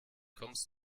kommst